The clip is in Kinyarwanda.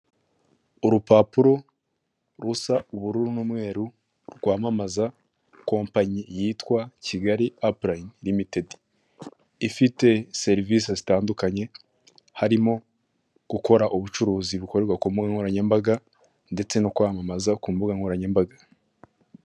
Urupapuro rusa ubururu n'umweru rwamamaza kompanyi yitwa Kigali Apulayini Limitedi, ifite serivisi zitandukanye harimo gukora ubucuruzi bukorerwa ku mbuga nkoranyambaga ndetse no kwamamaza ku mbuga nkoranyambaga..